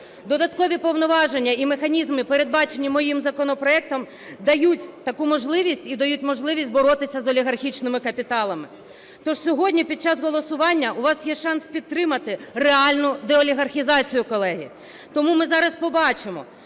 Додаткові повноваження і механізми передбачені моїм законопроектом дають таку можливість і дають можливість боротися з олігархічними капіталами. Тож сьогодні під час голосування у вас є шанс підтримати реальну деолігархізацію, колеги. Тому ми зараз побачимо,